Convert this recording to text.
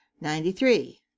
Ninety-three